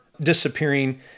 disappearing